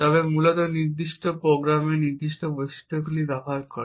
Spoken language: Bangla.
তবে মূলত নির্দিষ্ট প্রোগ্রামের নির্দিষ্ট বৈশিষ্ট্যগুলি ব্যবহার করে